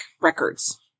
records